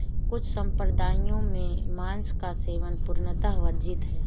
कुछ सम्प्रदायों में मांस का सेवन पूर्णतः वर्जित है